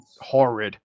horrid